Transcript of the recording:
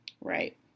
right